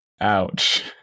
Ouch